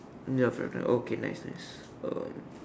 ya correct correct okay nice nice um